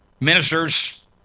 ministers